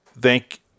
Thank